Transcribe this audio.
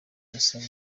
gasabo